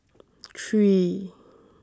three